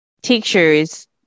teachers